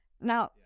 Now